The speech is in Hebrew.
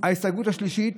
ההסתייגות השלישית: